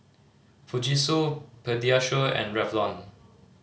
Fujitsu Pediasure and Revlon